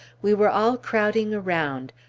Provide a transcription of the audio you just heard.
we were all crowding around,